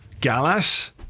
Gallas